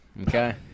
okay